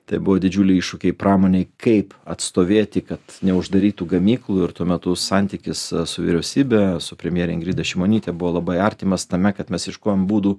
tai buvo didžiuliai iššūkiai pramonei kaip atstovėti kad neuždarytų gamyklų ir tuo metu santykis su vyriausybe su premjere ingrida šimonyte buvo labai artimas tame kad mes ieškojom būdų